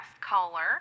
caller